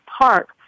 Park